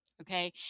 Okay